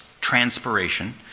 transpiration